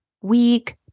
weak